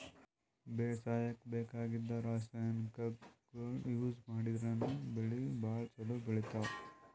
ಬೇಸಾಯಕ್ಕ ಬೇಕಾಗಿದ್ದ್ ರಾಸಾಯನಿಕ್ಗೊಳ್ ಯೂಸ್ ಮಾಡದ್ರಿನ್ದ್ ಬೆಳಿ ಭಾಳ್ ಛಲೋ ಬೆಳಿತಾವ್